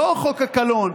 ולא חוק הקלון,